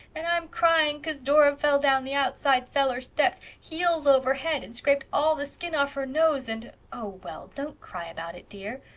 and i'm crying cause dora fell down the outside cellar steps, heels over head, and scraped all the skin off her nose, and oh, well, don't cry about it, dear.